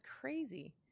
crazy